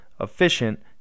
efficient